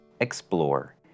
explore